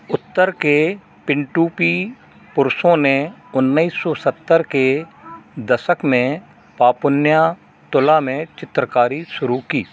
उत्तर के पिंटूपी पुरुषों ने उन्नीस सौ सत्तर के दशक में पापुन्या तुला में चित्रकारी शुरू की